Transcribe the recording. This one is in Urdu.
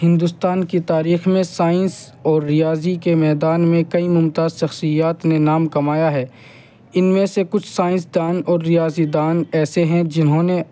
ہندوستان کی تاریخ میں سائنس اور ریاضی کے میدان میں کئی ممتاز شخصیات نے نام کمایا ہے ان میں سے کچھ سائنس دان اور ریاضی دان ایسے ہیں جنہوں نے